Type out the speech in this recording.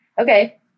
Okay